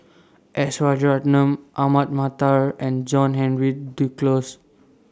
S Rajaratnam Ahmad Mattar and John Henry Duclos